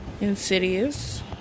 insidious